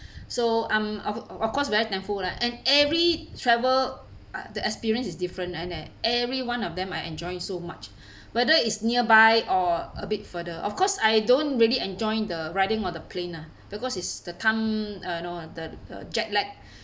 so um I'll of course very thankful lah and every travel uh the experience is different and e~ every one of them I enjoying so much whether it's nearby or a bit further of course I don't really enjoying the riding on the plane ah because it's the time uh you know the the jet lag